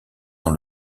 dans